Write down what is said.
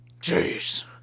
Jeez